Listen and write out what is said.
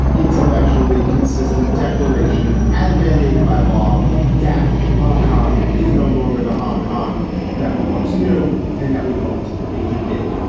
intellectually consistent declaration as mandated by law that hong kong is no longer the hong kong that we once knew and that we hoped it could be,